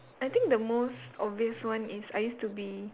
I think the most obvious one is I used to be